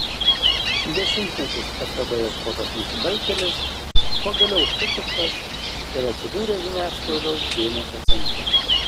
dešimtmečius ftb ieškotas nusikaltėlis pagaliau sučiuptas ir atsidūrė žiniasklaidos dėmesio centre